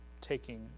taking